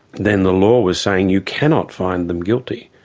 then the law was saying you cannot find them guilty.